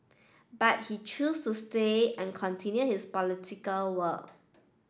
but he chose to stay and continue his political work